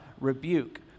rebuke